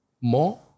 more